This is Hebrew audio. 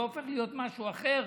זה הופך להיות משהו אחר,